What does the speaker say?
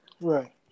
Right